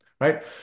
right